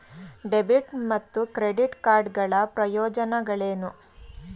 Debit ಮತ್ತು credit card ಗಳ ಪ್ರಯೋಜನಗಳೇನು?